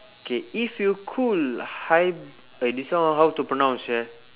okay if you could hy~ this one how to pronounce sia